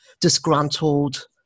disgruntled